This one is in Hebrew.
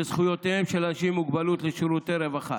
זכויותיהם של אנשים עם מוגבלות לשירותי רווחה.